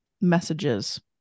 messages